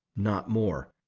not more.